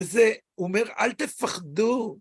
זה אומר אל תפחדו.